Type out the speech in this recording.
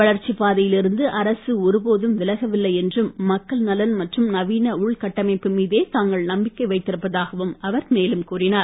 வளர்ச்சிப் பாதையில் இருந்து அரசு ஒருபோதும் விலகவில்லை என்றும் மக்கள் நலன் மற்றும் நவீன உள்கட்டமைப்பு மீதே தாங்கள் நம்பிக்கை வைத்திருப்பதாகவும் அவர் மேலும் கூறினார்